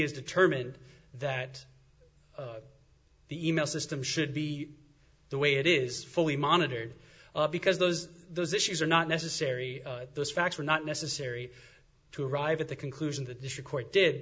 p s determined that the e mail system should be the way it is fully monitored because those those issues are not necessary those facts are not necessary to arrive at the conclusion that this your court did